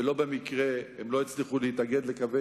ולא במקרה הם לא הצליחו להתאגד לקווי